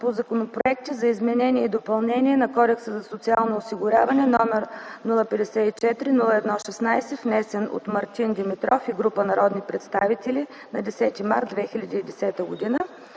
по законопроекти за изменение и допълнение на Кодекса за социално осигуряване: № 054-01-16, внесен от Мартин Димитров и група народни представители на 10 март 2010 г.;